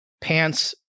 pants